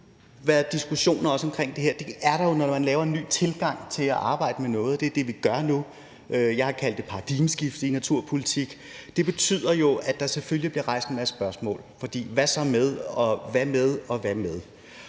diskussioner omkring det her. Det er der jo, når man laver en ny tilgang til at arbejde med noget. Det er det, vi gør nu, og jeg har kaldt det for et paradigmeskift i naturpolitikken. Det betyder jo, at der selvfølgelig bliver rejst en masse spørgsmål – for hvad så med det ene, og hvad med